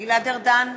גלעד ארדן,